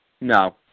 No